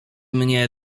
mnie